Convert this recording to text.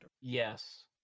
Yes